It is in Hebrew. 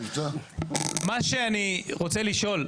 מה שאני רוצה לשאול,